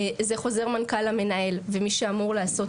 זה חוזר מנכ"ל המנהל ומי שאמור לעשות